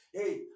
Hey